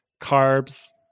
carbs